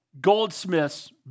goldsmiths